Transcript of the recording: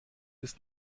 ist